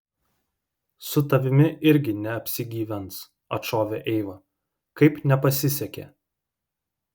su tavimi irgi neapsigyvens atšovė eiva kaip nepasisekė